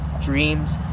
dreams